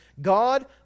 God